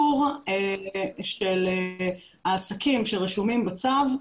הסיפור של העסקים שרשומים בצו,